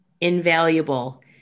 invaluable